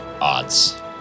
Odds